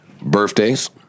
Birthdays